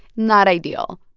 not ideal,